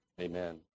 Amen